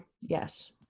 yes